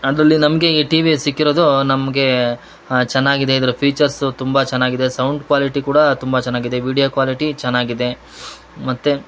ಅದರಲ್ಲಿ ನಮಗೆ ಈ ಟಿವಿ ಸಿಕ್ಕಿರೋದು ನಮಗೆ ಚೆನ್ನಾಗಿದೆ ಇದ್ರ ಫೀಚರ್ಸು ತುಂಬಾ ಚೆನ್ನಾಗಿದೆ ಸೌಂಡ್ ಕ್ವಾಲಿಟಿ ಕೂಡ ತುಂಬಾ ಚೆನ್ನಾಗಿದೆ ವೀಡಿಯೋ ಕ್ವಾಲಿಟಿ ಚೆನ್ನಾಗಿದೆ ಮತ್ತು